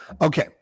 Okay